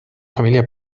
familia